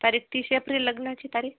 तारीख तीस एप्रिल लग्नाची तारीख